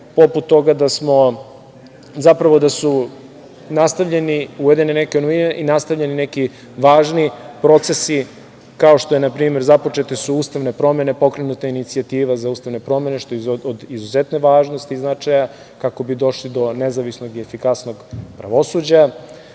poput toga da smo, zapravo da su nastavljeni, uvedene neke novine i nastavljeni neki važni procesi, kao što je na primer, započete su ustavne promene. Pokrenuta je inicijativa za ustavne promene, što je od izuzetne važnosti i značaja kako bi došli do nezavisnog i efikasnog pravosuđa,